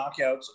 knockouts